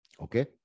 Okay